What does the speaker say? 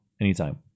Anytime